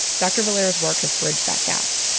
dr. valera's work has bridged that gap.